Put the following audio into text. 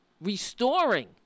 restoring